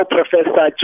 Professor